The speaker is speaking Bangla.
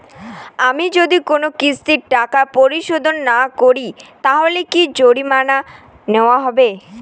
আমি যদি কোন কিস্তির টাকা পরিশোধ না করি তাহলে কি জরিমানা নেওয়া হবে?